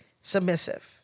submissive